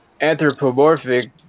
anthropomorphic